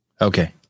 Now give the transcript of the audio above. Okay